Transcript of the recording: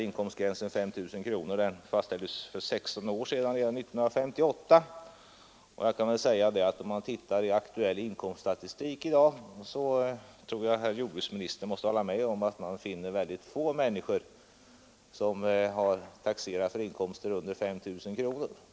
Inkomstgränsen 5 000 kronor fastställdes för 16 år sedan — redan 1958 — och jag tror att herr jordbruksministern måste hålla med om att ifall vi tittar i aktuell inkomststatistik i dag finner vi att väldigt få människor taxerar för inkomster under 5 000 kronor.